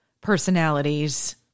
personalities